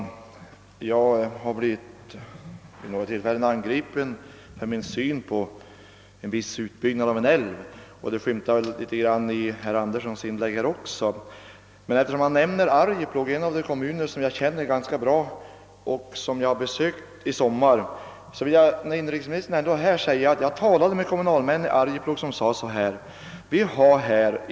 Herr talman! Jag har vid något tillfälle blivit angripen för min syn på utbyggnaden av en viss älv, och jag skymtade en sådan kritik också i herr Anderssons i Luleå inlägg nyss. Eftersom herr Andersson nämnde Arjeplog, en kommun som jag ganska väl känner till och som jag besökte i somras, vill jag för inrikesministern nämna att jag har talat med kommunalmän i Arjeplog som därvid framhållit följande.